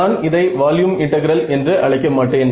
நான் இதை volume integral என்று அழைக்க மாட்டேன்